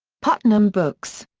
putnam books.